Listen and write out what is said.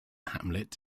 hamlet